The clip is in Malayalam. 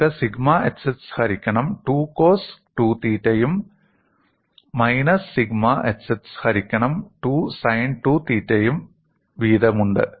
നിങ്ങൾക്ക് സിഗ്മ xx ഹരിക്കണം 2 കോസ് 2 തീറ്റയും മൈനസ് സിഗ്മ xx ഹരിക്കണം 2 സൈൻ 2 തീറ്റയും വീതമുണ്ട്